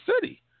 city